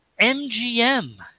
MGM